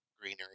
greenery